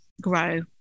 grow